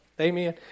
Amen